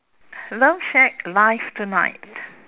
love shack live tonight